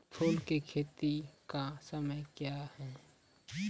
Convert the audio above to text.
फुल की खेती का समय क्या हैं?